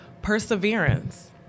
perseverance